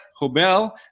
Hobel